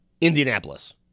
Indianapolis